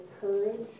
courage